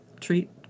treat